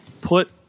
Put